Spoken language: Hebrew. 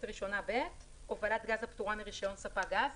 ראשונה ב' הובלת גז הפטורה מרישיון ספק גז